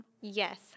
Yes